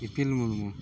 ᱤᱯᱤᱞ ᱢᱩᱨᱢᱩ